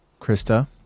Krista